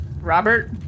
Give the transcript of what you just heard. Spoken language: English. Robert